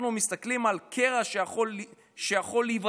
אנחנו מסתכלים על קרע שיכול להיווצר